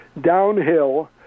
downhill